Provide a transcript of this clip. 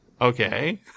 Okay